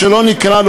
נכון.